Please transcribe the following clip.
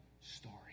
story